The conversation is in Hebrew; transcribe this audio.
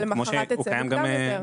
אבל למחרת תצא מוקדם יותר.